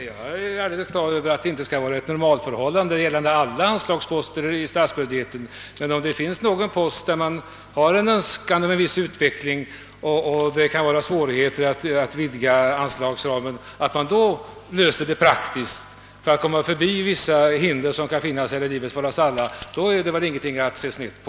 Jag är på det klara med att detta inte skall vara ett normalt förhållande och gälla alla anslagsposter i statsbudgeten. Men om det finns någon post beträffande vilken man har en önskan om en viss utveckling och det kan möta svårigheter att vidga anslagsramen och man då kan lösa problemet praktiskt på det sätt som här sker, är väl detta ingenting att se snett på.